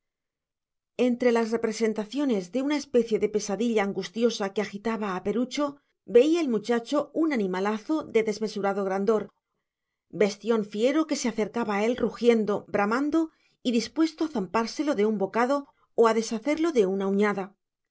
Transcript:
entre las representaciones de una especie de pesadilla angustiosa que agitaba a perucho veía el muchacho un animalazo de desmesurado grandor bestión fiero que se acercaba a él rugiendo bramando y dispuesto a zampárselo de un bocado o a deshacerlo de una uñada